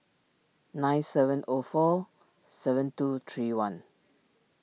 nine seven O four seven two three one